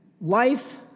life